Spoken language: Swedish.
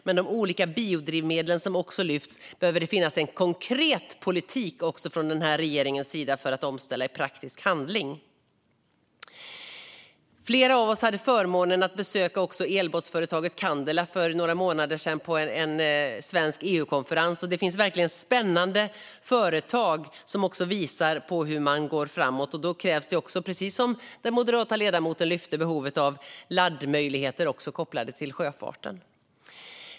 Men det behöver finnas en konkret politik för de olika biodrivmedlen från denna regerings sida för att göra en omställning i praktisk handling. Flera av oss hade förmånen att besöka elbåtsföretaget Candela för några månader sedan vid en svensk EU-konferens. Det finns verkligen spännande företag som också visar hur man går framåt. Då krävs det också, precis som den moderata ledamoten lyfte fram behovet av, laddmöjligheter kopplade till sjöfarten.